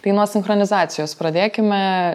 tai nuo sinchronizacijos pradėkime